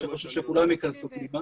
שחשוב שכולם ייכנסו פנימה.